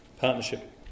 Partnership